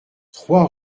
trois